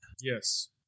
Yes